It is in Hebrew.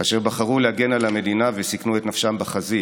אשר בחרו להגן על המדינה וסיכנו את נפשם בחזית.